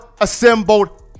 assembled